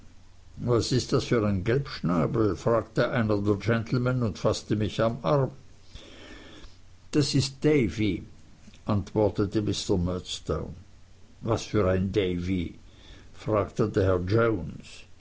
was ist das für ein gelbschnabel fragte einer der gentleman und faßte mich am arm das ist davy antwortete mr murdstone was für ein davy fragte der